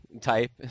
type